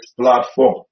platform